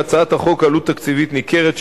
להצעת החוק עלות תקציבית ניכרת,